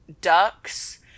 ducks